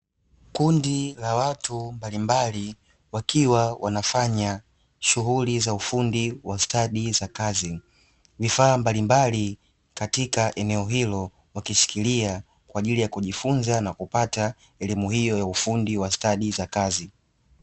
Kundi la watu mbalimbali wakiwa wanafanya shughuli za ufundi wa ustadi za kazi. Vifaa mbalimbali katika eneo hilo wakishikilia kwa ajili ya kujifunza na kupata elimu hiyo ya ufundi wa stadi za kazi.